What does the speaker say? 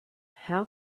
how